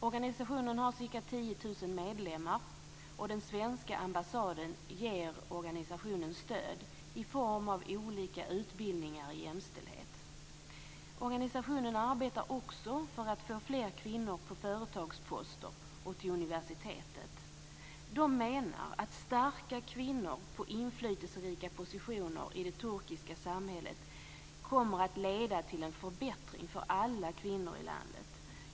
Organisationen har ca 10 000 medlemmar, och den svenska ambassaden ger organisationen stöd i form av olika utbildningar i jämställdhet. Organisationen arbetar också för att få fler kvinnor på företagsposter och till universitet och menar att starka kvinnor i inflytelserika positioner i det turkiska samhället skulle leda till en förbättring för alla kvinnor i landet.